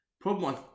problem